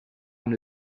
amb